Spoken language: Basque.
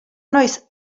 noiz